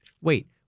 Wait